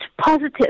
positive